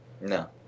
No